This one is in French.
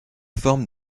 forme